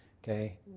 Okay